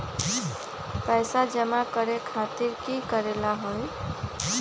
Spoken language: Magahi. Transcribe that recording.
पैसा जमा करे खातीर की करेला होई?